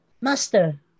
Master